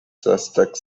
sesdek